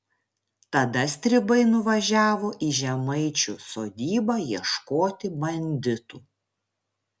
tada stribai nuvažiavo į žemaičių sodybą ieškoti banditų